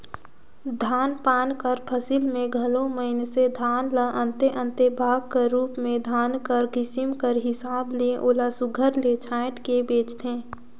धान पान कर फसिल में घलो मइनसे धान ल अन्ते अन्ते भाग कर रूप में धान कर किसिम कर हिसाब ले ओला सुग्घर ले छांएट के बेंचथें